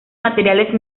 materiales